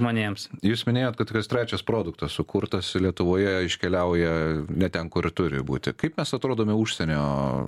jūs minėjot kad kas trečias produktas sukurtas lietuvoje iškeliauja ne ten kur turi būti kaip mes atrodome užsienio